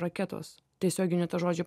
raketos tiesiogine to žodžio